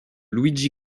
luigi